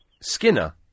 Skinner